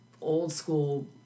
old-school